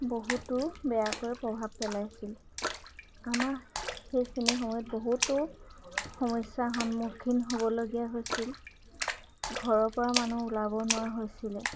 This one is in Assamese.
বহুতো বেয়াকৈ প্ৰভাৱ পেলাইছিল আমাৰ সেইখিনি সময়ত বহুতো সমস্যাৰ সন্মুখীন হ'বলগীয়া হৈছিল ঘৰৰ পৰা মানুহ ওলাব নোৱাৰা হৈছিলে